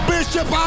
Bishop